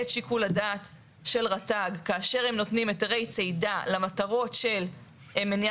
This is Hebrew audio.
את שיקול הדעת של רת"ג כאשר הם נותנים היתרי צידה למטרות של מניעת